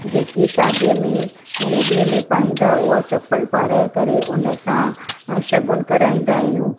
जेकी शादी में वेॾी में पाईंदा उहा चम्पलु करे उन सां शगुन कराईंदा आहियूं